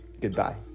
Goodbye